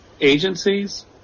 agencies